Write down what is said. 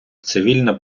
цивільна